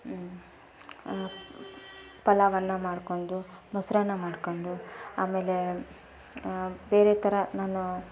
ಪಲಾವ್ ಅನ್ನ ಮಾಡ್ಕೊಂಡು ಮೊಸರನ್ನ ಮಾಡ್ಕೊಂಡು ಆಮೇಲೆ ಬೇರೆ ಥರ ನಾನು